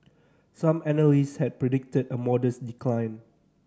some analyst had predicted a modest decline